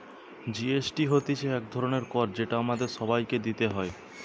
GST হতিছে এক ধরণের কর যেটা আমাদের সবাইকে দিতে হয়